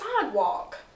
sidewalk